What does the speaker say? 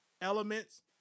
elements